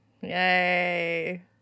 Yay